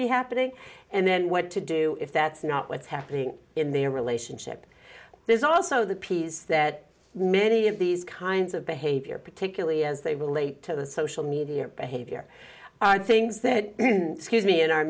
be happening and then what to do if that's not what's happening in their relationship there's also the piece that many of these kinds of behavior particularly as they relate to the social media behavior things that scares me in our